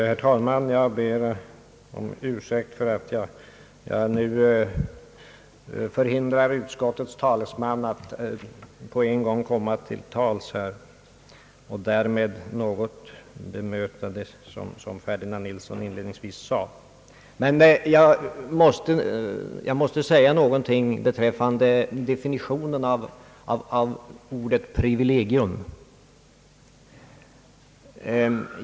Herr talman! Jag ber om ursäkt för att jag nu hindrar utskottets talesman att på en gång komma till tals och därmed något kommentera det som herr Ferdinand Nilsson inledningsvis sade. Men jag måste säga någonting beträffande definitionen av ordet privilegium.